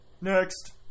Next